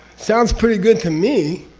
sounds pretty good to me.